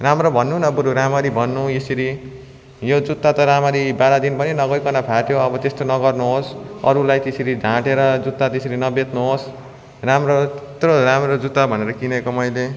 राम्रो भन्नु न बरु राम्ररी भन्नु यसरी यो जुत्ता त राम्ररी बाह्र दिन पनि नभइकन फाट्यो अब त्यस्तो नगर्नुहोस् अरूलाई त्यसरी ढाँटेर जुत्ता त्यसरी न बेच्नुहोस् राम्रो यत्रो राम्रो जुत्ता भनेर किनेको मैले